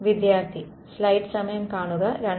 ബോർഡിലേക്ക്